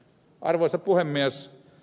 arvoisa puhemies